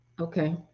Okay